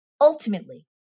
Ultimately